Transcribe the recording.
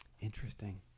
interesting